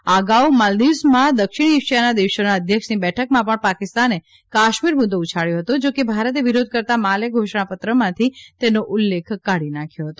આ અગાઉ માલ્દીવ્સમાં દક્ષિણ એશિયાના દેશોના અધ્યક્ષની બેઠકમાં પણ પાકિસ્તાને કાશ્મીર મુદ્દ ઉછાળ્યો હતો જા કે ભારતે વિરોધ કરતાં માલે ઘોષણાપત્રમાંથી તેનો ઉલ્લેખ કાઢી નાંખ્યો હતો